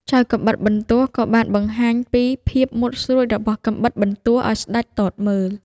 ចៅកាំបិតបន្ទោះក៏បានបង្ហាញពីភាពមុតស្រួចរបស់កាំបិតបន្ទោះឱ្យស្ដេចទតមើល។